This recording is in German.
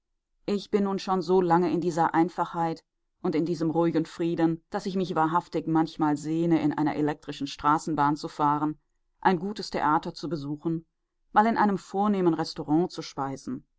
ich bin nun schon so lange in dieser einfachheit und in diesem ruhigen frieden daß ich mich wahrhaftig manchmal sehne in einer elektrischen straßenbahn zu fahren ein gutes theater zu besuchen mal in einem vornehmen restaurant zu speisen